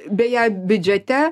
beje biudžete